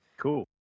Cool